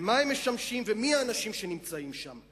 למה הוא משמש ומי האנשים שנמצאים שם.